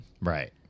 Right